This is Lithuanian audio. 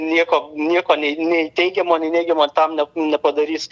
nieko nieko nei nei teigiamo nei neigiamo tam ne nepadarys